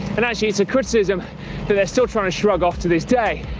and actually it's a criticism that they're still trying to shrug off to this day.